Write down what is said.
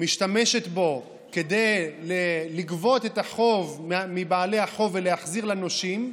משתמשת בו כדי לגבות את החוב מבעלי החוב ולהחזיר לנושים.